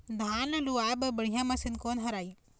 धान ला लुआय बर बढ़िया मशीन कोन हर आइ?